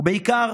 ובעיקר